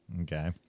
okay